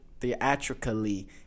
Theatrically